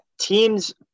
Teams